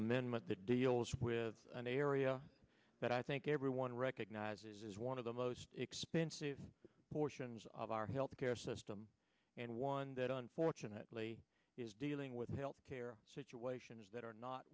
amendment that deals with an area that i think everyone recognizes is one of the most expensive portions of our health care system and one that unfortunately is dealing with health care situation is that are not